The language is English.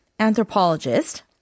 anthropologist